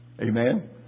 Amen